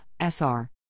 SR